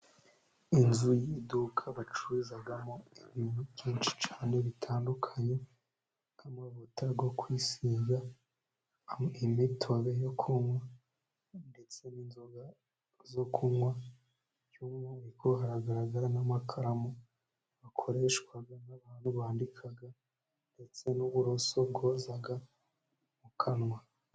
Inzu y'iduka bacuruzamo ibintu byinshi cyane bitandukanye nk'amavuta yo kwisiga, imitobe yo kunywa, ndetse n'inzoga zo kunywa, by'umwihariko hagaragara n'amakaramu akoreshwa n'abantu bandika ndetse n'uburoso bwoza mu kanwa.